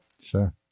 Sure